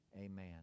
amen